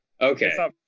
Okay